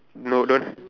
no don't